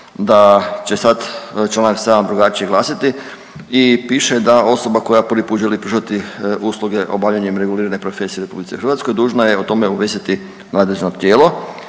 da će sad Članak 7. drugačije glasiti i piše da osoba koja prvi puta želi pružati usluge obavljanjem regulirane profesije u RH dužna je o tome obavijestiti nadležno tijelo